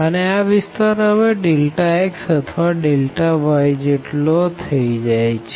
અને આ વિસ્તાર હવે Δx અથવા Δy જેટલો થઇ જાય છે